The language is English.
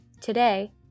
Today